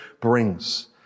brings